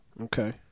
Okay